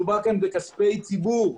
מדובר פה בכספי ציבור,